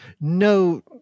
no